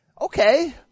Okay